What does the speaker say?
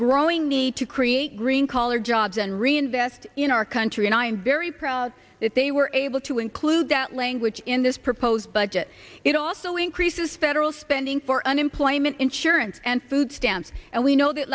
growing need to create green collar jobs and reinvest in our country and i am very proud that they were able to include that language in this proposed budget it also increases federal spending for unemployment insurance and food stamps and we know that